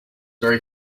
very